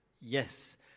yes